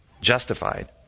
justified